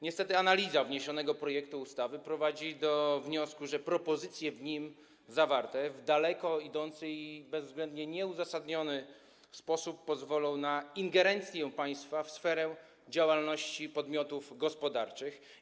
Niestety analiza wniesionego projektu ustawy prowadzi do wniosku, że propozycje w nim zawarte w daleko idący i bezwzględnie nieuzasadniony sposób pozwolą na ingerencję państwa w sferę działalności podmiotów gospodarczych.